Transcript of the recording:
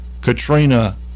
Katrina